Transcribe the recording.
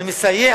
אני מסייע,